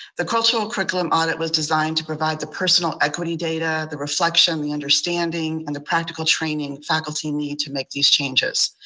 the cultural curriculum audit was designed to provide the personal equity data, the reflection, the understanding, and the practical training faculty need to make these changes.